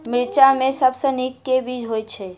मिर्चा मे सबसँ नीक केँ बीज होइत छै?